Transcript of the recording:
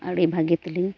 ᱟᱹᱰᱤ ᱵᱷᱟᱜᱮ ᱛᱮᱞᱤᱧ